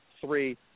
three